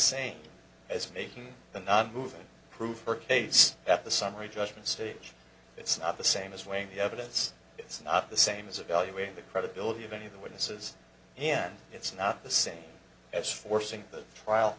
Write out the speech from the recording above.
same as making the nonmoving prove her case that the summary judgment stage it's not the same as weighing the evidence is not the same as evaluating the credibility of any of the witnesses and it's not the same as forcing the trial